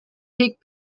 take